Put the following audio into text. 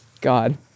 God